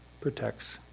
protects